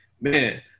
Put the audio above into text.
man